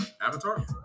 Avatar